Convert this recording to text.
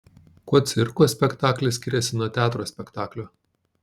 kuo cirko spektaklis skiriasi nuo teatro spektaklio